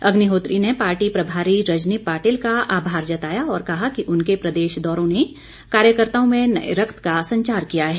अग्निहोत्री ने पार्टी प्रभारी रजनी पाटिल का आभार जताया और कहा कि उनके प्रदेश दौरों ने कार्यकर्त्ताओं में नए रक्त का संचार किया है